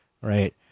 right